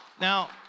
Now